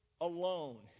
alone